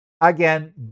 Again